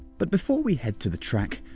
but before we head to the track,